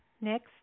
next